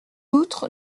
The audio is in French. outre